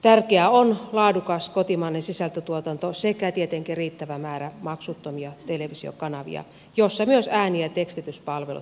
tärkeää on laadukas kotimainen sisältötuotanto sekä tietenkin riittävä määrä maksuttomia televisiokanavia joissa myös ääni ja tekstityspalvelut pystytään huomioimaan